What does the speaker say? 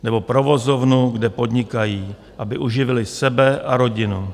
Nebo provozovnu, kde podnikají, aby uživili sebe a rodinu.